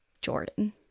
Jordan